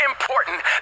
important